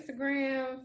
Instagram